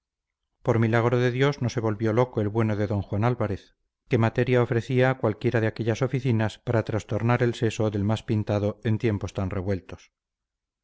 por milagro de dios no se volvió loco el bueno de d juan álvarez que materia ofrecía cualquiera de aquellas oficinas para trastornar el seso del más pintado en tiempos tan revueltos